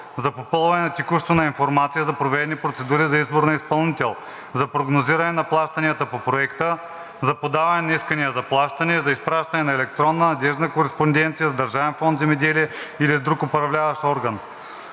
за попълване текущо на информация за проведени процедури за избор на изпълнител, за прогнозиране на плащанията по проекта, за подаване на искания за плащане, за изпращане на електронна надеждна кореспонденция с Държавен фонд „Земеделие“ или с друг управляващ орган.